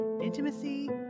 intimacy